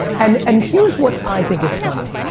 and and here's what i think is funny.